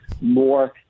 more